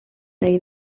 rey